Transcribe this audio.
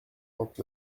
vingt